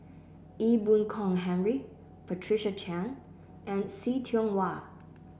Ee Boon Kong Henry Patricia Chan and See Tiong Wah